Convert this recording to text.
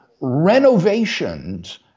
renovations